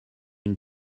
une